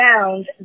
found